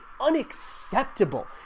unacceptable